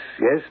yes